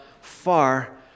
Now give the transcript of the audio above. far